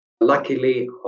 luckily